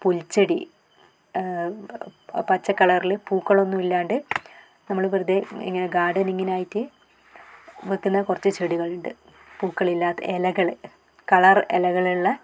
പുൽച്ചെടി പച്ച കളറിൽ പൂക്കൾ ഒന്നും ഇല്ലാണ്ട് നമ്മൾ വെറുതെ ഇങ്ങനെ ഗാർഡനിങ്ങിന് ആയിട്ട് വെക്കുന്ന കുറച്ച് ചെടികളുണ്ട് പൂക്കളില്ലാതെ ഇലകൾ കളർ ഇലകളുള്ള